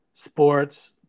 Sports